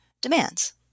demands